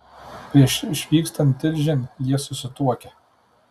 prieš išvykstant tilžėn jie susituokia